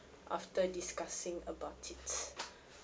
after discussing about it